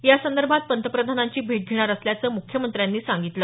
यासंदर्भात पंतप्रधानांची भेट घेणार असल्याचं मुख्यमंत्र्यांनी यावेळी सांगितलं